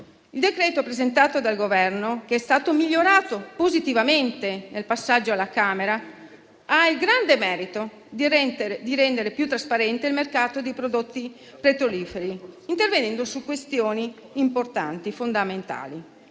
Il decreto-legge presentato dal Governo, che è stato migliorato positivamente nel passaggio alla Camera, ha il grande merito di rendere più trasparente il mercato dei prodotti petroliferi, intervenendo su questioni importanti e fondamentali: